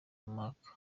mark